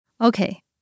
Okay